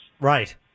Right